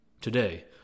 today